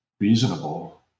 reasonable